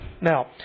Now